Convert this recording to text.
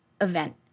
event